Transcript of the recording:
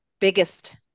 biggest